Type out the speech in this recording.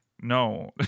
no